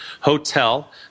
Hotel